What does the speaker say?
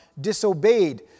disobeyed